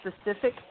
specific